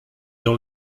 dans